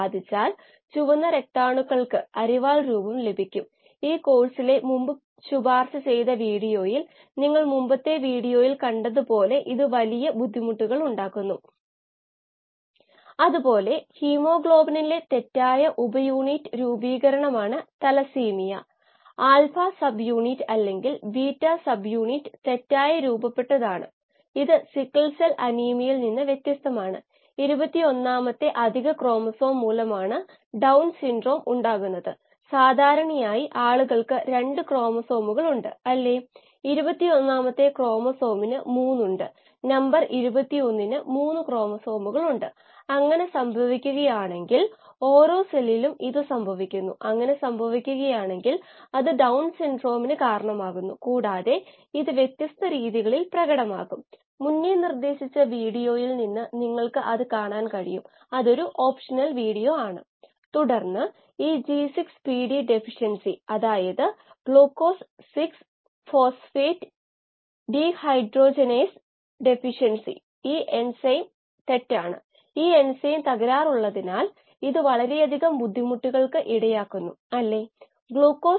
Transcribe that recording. പാടയിലൂടെ oxygen വ്യാപിക്കുകയും electrochemical സെല്ലിൽ എത്തുകയും അതിൻറെ നിരക്ക് ഇലക്ട്രോലൈറ്റിൽ ഈ 2 ഇലക്ട്രോഡുകൾ സൃഷ്ടിക്കുന്ന പ്രവാഹത്തിന് ആനുപാതികമാണ് അതിനാൽ ഓക്സിജന്റെ നില പ്രവാഹവുമായി നേരിട്ട് ബന്ധപ്പെട്ടേക്കാം